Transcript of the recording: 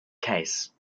case